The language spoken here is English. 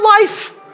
life